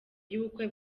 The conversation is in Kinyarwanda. y’ubukwe